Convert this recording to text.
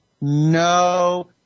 no